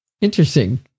interesting